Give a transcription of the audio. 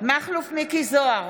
מכלוף מיקי זוהר,